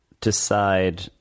decide